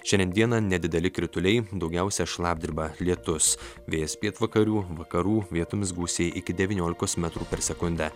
šiandien dieną nedideli krituliai daugiausia šlapdriba lietus vėjas pietvakarių vakarų vietomis gūsiai iki devyniolikos metrų per sekundę